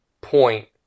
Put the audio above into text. point